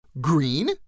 Green